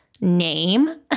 name